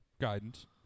guidance